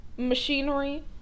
Machinery